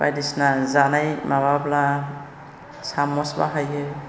बायदिसिना जानाय माब्लाबा सामस बाहायो